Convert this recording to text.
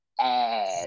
add